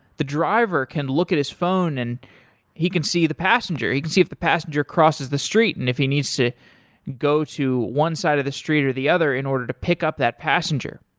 the driver can look at his phone and he can see the passenger. he can see if the passenger crosses the street and if he needs to go one side of the street or the other in order to pick up that passenger.